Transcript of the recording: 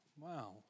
wow